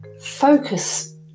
focus